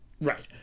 Right